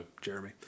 Jeremy